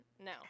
No